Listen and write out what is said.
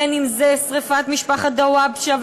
אם שרפת משפחת דוואבשה,